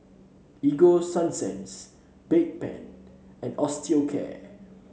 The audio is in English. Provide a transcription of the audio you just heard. Ego Sunsense Bedpan and Osteocare